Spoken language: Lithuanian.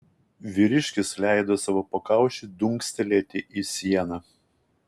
vyriškis leido savo pakaušiui dunkstelėti į sieną